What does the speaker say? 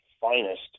finest